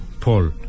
Paul